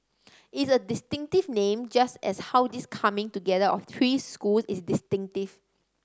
it's a distinctive name just as how this coming together of three schools is distinctive